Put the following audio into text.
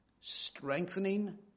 Strengthening